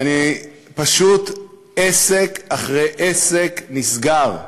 פשוט עסק אחרי עסק נסגר.